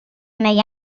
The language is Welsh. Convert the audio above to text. neu